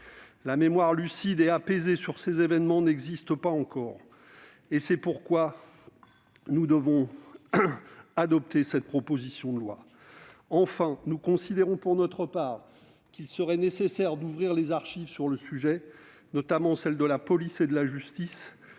La mémoire lucide et apaisée sur ces événements n'existe pas encore. C'est la raison pour laquelle nous devons adopter cette proposition de loi. Enfin, nous considérons pour notre part qu'il serait nécessaire d'ouvrir les archives sur le sujet, notamment celles de la police et de la justice,